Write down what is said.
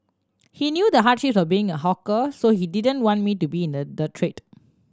he knew the hardships of being a hawker so he didn't want me to be in the the trade